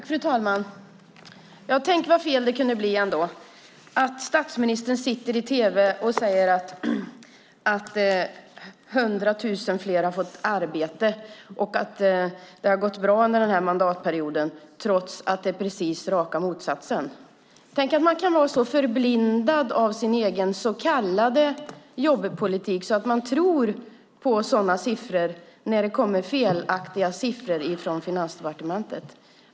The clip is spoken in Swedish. Fru talman! Tänk så fel det kunde bli! Statsministern satt i tv och sade att 100 000 fler har fått arbete och att det gått bra under mandatperioden, trots att det blivit precis tvärtom. Tänk att man kan vara så förblindad av sin så kallade jobbpolitik att man tror på felaktiga siffror från Finansdepartementet.